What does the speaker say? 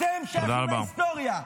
אתם שייכים להיסטוריה.